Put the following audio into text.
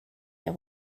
der